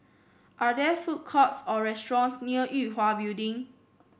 are there food courts or restaurants near Yue Hwa Building